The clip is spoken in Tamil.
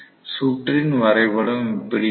சுற்றின் வரைபடம் இப்படி இருக்கும்